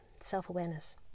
self-awareness